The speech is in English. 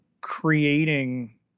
creating